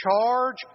charge